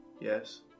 Yes